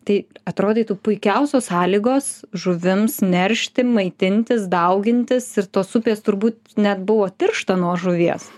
tai atrodytų puikiausios sąlygos žuvims neršti maitintis daugintis ir tos upės turbūt net buvo tiršta nuo žuvies